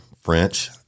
French